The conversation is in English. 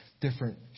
different